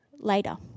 later